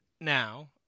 Now